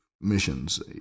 missions